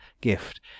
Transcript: gift